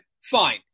Fine